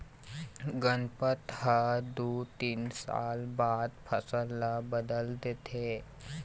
गनपत ह दू तीन साल बाद फसल ल बदल देथे